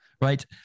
right